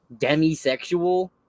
Demisexual